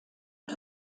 und